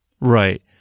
Right